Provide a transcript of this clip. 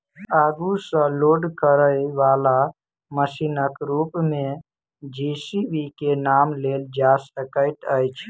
आगू सॅ लोड करयबाला मशीनक रूप मे जे.सी.बी के नाम लेल जा सकैत अछि